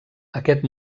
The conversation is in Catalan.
aquest